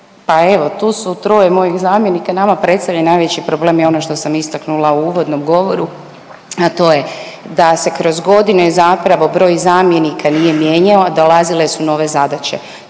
pa evo tu su troje mojih zamjenika, nama predstavlja najveći problem i ono što sam istaknula u uvodnom govoru, a to je da se kroz godine zapravo broj zamjenika nije mijenjao, a dolazile su nove zadaće.